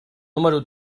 número